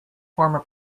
former